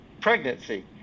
pregnancy